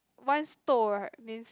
once store right means